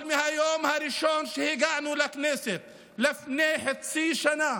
אבל מהיום הראשון שהגענו לכנסת לפני חצי שנה,